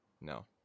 No